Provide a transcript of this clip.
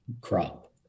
crop